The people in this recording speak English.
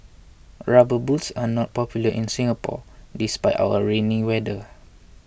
rubber boots are not popular in Singapore despite our rainy weather